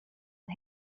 and